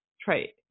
trait